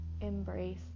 Embrace